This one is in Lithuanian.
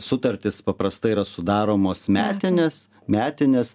sutartys paprastai yra sudaromos metinės metinės